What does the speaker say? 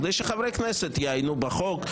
כדי שחברי כנסת יעיינו בחוק,